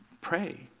pray